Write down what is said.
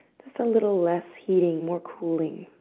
just a little less heating, more cooling.